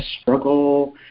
struggle